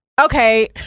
okay